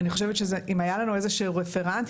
אם היה לנו איזשהו רפרנט,